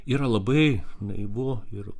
yra labai naivu ir